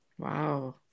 Wow